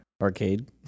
Arcade